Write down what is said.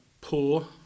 poor